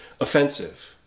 offensive